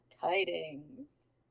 Tidings